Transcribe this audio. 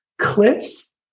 cliffs